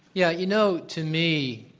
yeah, you know, to me,